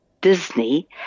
Disney